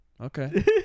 okay